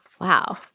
Wow